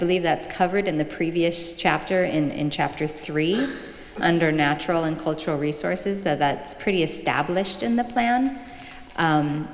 believe that's covered in the previous chapter in chapter three under natural and cultural resources that's pretty established in the plan